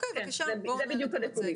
אלה בדיוק הנתונים.